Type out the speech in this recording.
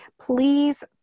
please